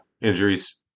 injuries